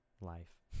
life